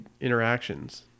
interactions